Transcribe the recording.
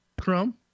Chrome